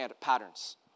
patterns